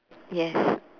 yes